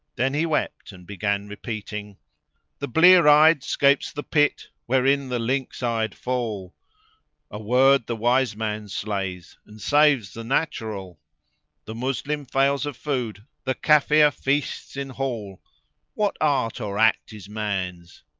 then he wept and began repeating the blear eyed scapes the pits wherein the lynx eyed fall a word the wise man slays and saves the natural the moslem fails of food the kafir feasts in hall what art or act is man's?